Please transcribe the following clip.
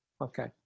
Okay